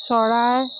চৰাই